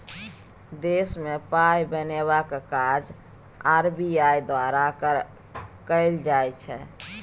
देशमे पाय बनेबाक काज आर.बी.आई द्वारा कएल जाइ छै